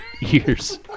years